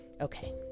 okay